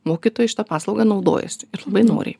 mokytojai šita paslauga naudojasi ir labai noriai